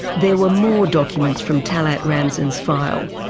there were more documents from talet ramzan's file.